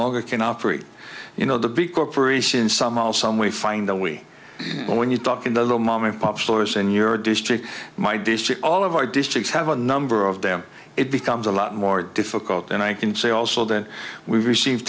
longer can operate you know the big corporation somehow someway find a way but when you talk in the low moment pop stores in your district my district all of our districts have a number of them it becomes a lot more difficult and i can say also that we've received